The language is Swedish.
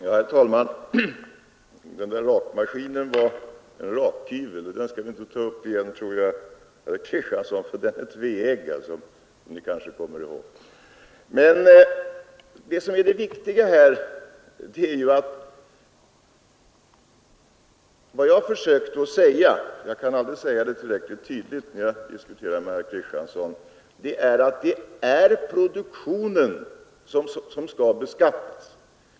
Herr talman! Den där rakmaskinen var en rakhyvel, och den skall vi inte ta upp igen, herr Kristiansson i Harplinge, den är tveeggad, som Ni kanske kom mer ihåg. Vad jag försökte säga — jag kan aldrig uttrycka det tillräckligt tydligt när jag diskuterar med herr Kristiansson — var att det är produktionen som skall beskattas.